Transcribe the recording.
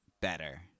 better